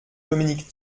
dominique